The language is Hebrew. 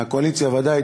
מהקואליציה ודאי,